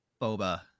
boba